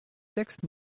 texte